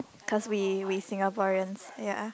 cause we we Singaporeans ya